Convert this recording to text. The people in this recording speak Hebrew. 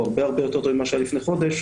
הוא הרבה הרבה יותר טוב ממה שהיה לפני חודש,